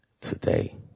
today